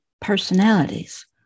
personalities